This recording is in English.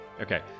Okay